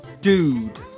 dude